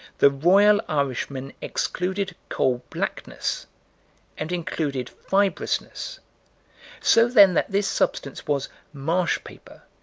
the royal irishmen excluded coal-blackness and included fibrousness so then that this substance was marsh paper,